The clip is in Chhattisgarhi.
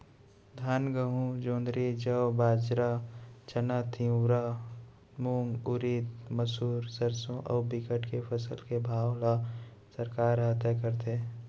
धान, गहूँ, जोंधरी, जौ, बाजरा, चना, तिंवरा, मूंग, उरिद, मसूर, सरसो अउ बिकट के फसल के भाव ल सरकार ह तय करथे